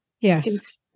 Yes